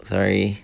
sorry